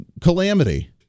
calamity